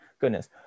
Goodness